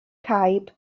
caib